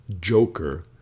joker